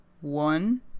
One